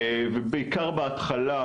ובעיקר בהתחלה,